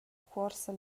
cuorsa